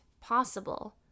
possible